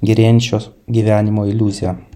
gerėjančio gyvenimo iliuzija